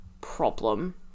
problem